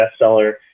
bestseller